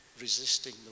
resisting